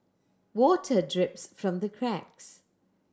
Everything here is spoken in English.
water drips from the cracks